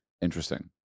Interesting